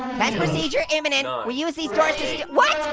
and procedure imminent! we use these doors to.